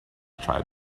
tried